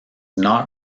not